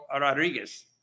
Rodriguez